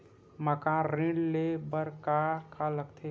मकान ऋण ले बर का का लगथे?